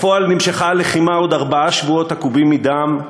בפועל נמשכה הלחימה עוד ארבעה שבועות עקובים מדם,